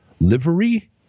livery